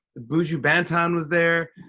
buju banton was there.